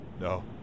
No